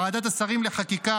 ועדת השרים לחקיקה,